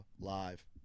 Live